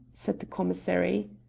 said the commissary.